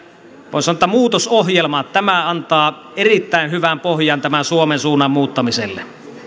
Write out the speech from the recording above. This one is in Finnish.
sanoa muutosohjelma antaa erittäin hyvän pohjan suomen suunnan muuttamiselle